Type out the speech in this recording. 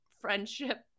friendship